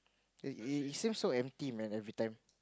it it seems so empty man every time